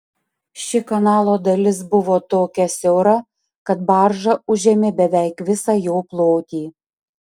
ši kanalo dalis buvo tokia siaura kad barža užėmė beveik visą jo plotį